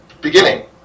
beginning